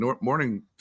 morning